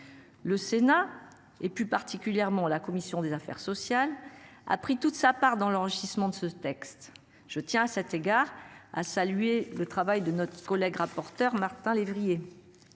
Le Sénat, et plus particulièrement la commission des affaires sociales a pris toute sa part dans l'enrichissement de ce texte. Je tiens à cet égard, a salué le travail de notre collègue rapporteur Martin lévrier.